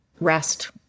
rest